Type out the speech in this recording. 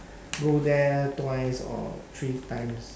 go there twice or three times